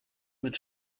mit